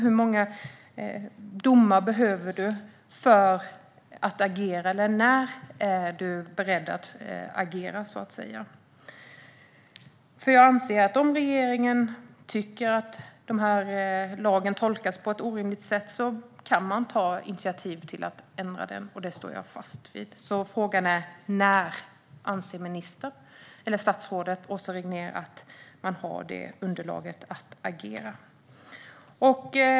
Hur många domar behöver du för att agera? När är du beredd att agera? Om regeringen tycker att lagen tolkas på ett orimligt sätt kan man ta initiativ till att ändra den, och det står jag fast vid. Frågan är alltså: När anser statsrådet Åsa Regnér att hon har underlag att agera?